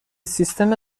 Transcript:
سیستم